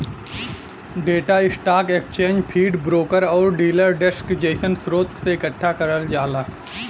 data stock exchange feed, broker आउर dealer desk जइसन स्रोत से एकठ्ठा करल जाला